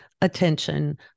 attention